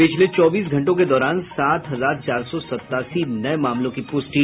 पिछले चौबीस घंटों के दौरान सात हजार चार सौ सतासी नये मामलों की पुष्टि